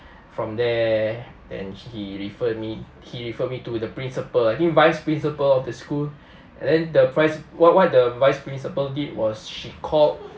from there and he referred me he referred me to the principal I think vice principal of the school and then the vice what what the vice principal did was she called